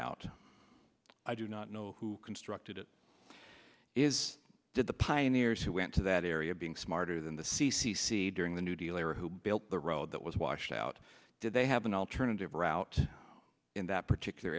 out i do not know who constructed it is did the pioneers who went to that area being smarter than the c c c during the new deal or who built the road that was washed out did they have an alternative route in that particular